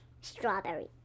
strawberry